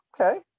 okay